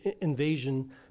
invasion